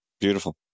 Beautiful